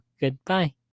goodbye